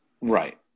right